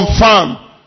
Confirm